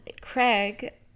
craig